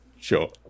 Sure